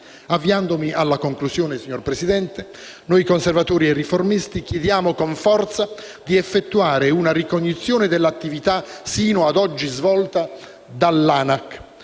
Avviandomi alla conclusione, signora Presidente, noi Conservatori e Riformisti chiediamo con forza di effettuare una ricognizione dell'attività sino ad oggi svolta dall'ANAC,